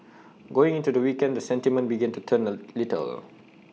going into the weekend the sentiment began to turn A little